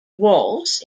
waltz